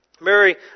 Mary